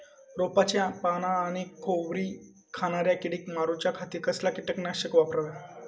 रोपाची पाना आनी कोवरी खाणाऱ्या किडीक मारूच्या खाती कसला किटकनाशक वापरावे?